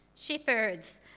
shepherds